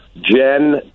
Jen